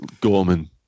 Gorman